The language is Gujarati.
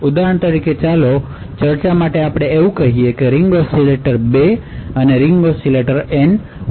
ઉદાહરણ તરીકે ચાલો ચર્ચા માટે કહીએ કે તે રીંગ ઓસિલેટર 2 અને રીંગ ઓસિલેટર N છે